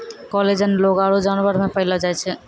collagen लोग आरु जानवर मे पैलो जाय छै